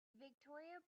victoria